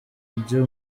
ibyo